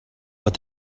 what